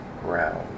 ground